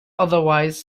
otherwise